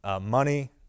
money